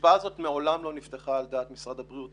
המרפאה הזו מעולם לא נפתחה על דעת משרד הבריאות.